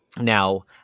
Now